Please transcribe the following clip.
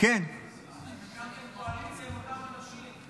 אתם הקמתם קואליציה עם אותם אנשים.